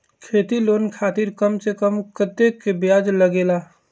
खेती लोन खातीर कम से कम कतेक ब्याज लगेला?